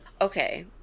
okay